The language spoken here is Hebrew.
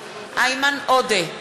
איימן עודה,